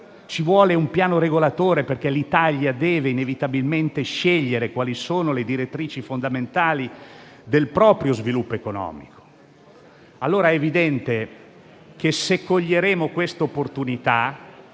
Ci vuole un piano regolatore, perché l'Italia deve inevitabilmente scegliere quali sono le direttrici fondamentali del proprio sviluppo economico. Se coglieremo questa opportunità,